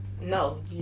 No